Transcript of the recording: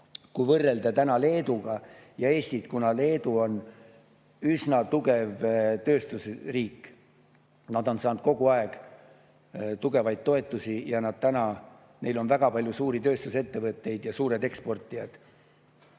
Kui võrrelda täna Leedut ja Eestit, siis Leedu on üsna tugev tööstusriik, nad on saanud kogu aeg tugevaid toetusi, neil on väga palju suuri tööstusettevõtteid ja nad on suured eksportijad.